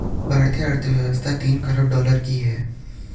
भारतीय अर्थव्यवस्था तीन ख़रब डॉलर की है